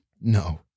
No